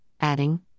adding